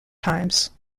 times